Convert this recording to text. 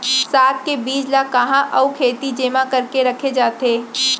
साग के बीज ला कहाँ अऊ केती जेमा करके रखे जाथे?